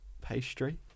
pastry